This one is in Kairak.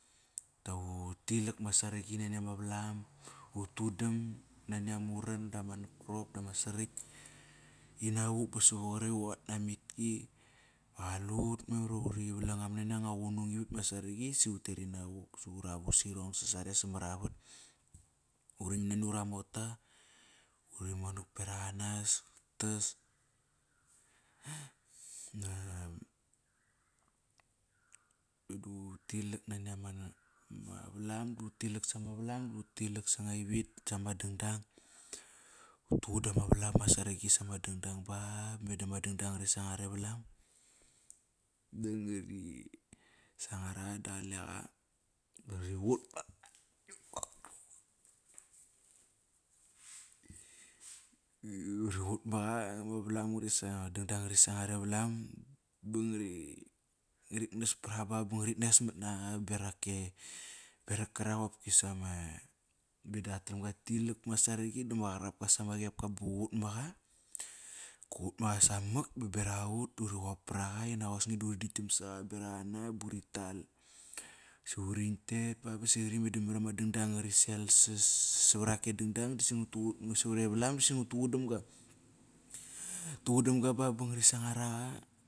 Ut tilak ma saragi nani valam, utudam nani ama uran dama napkrop dama srakt inawuk bs savat krekt ama qatnamitki. Ba qalut memar we uri valang anga manania nga qunung ivit pat saragi si uter inavuk su uru vusirong sosare samara vat. Uri nam nani ura mota, bu uri monak berak anas utas. Meda utilak nani ama valam, utilak sama valam, uti sanga ivit, sama dangdang. Utuqudama valam ma saragi sama dangdang ba ba meda ma dangdang ngari sangar e valam. Dang dang ngori sangar e valam ba ngari nas paraqa bo ngari mes mat naqa berake, qarak qoki sama meda qatram ga tilak bama saragi dama qarapka sama qepka ba qaqut maqa. Kuqut maqa samak berak aut duri qopa raqa inak osni duri daktgam saqa berak ana ba uri tal. Si qari memar ivama dangdang ngari selas sa va re va lam si ngatuqudam ga, ngat tuqudam ga ba ba ngari sangar aqa.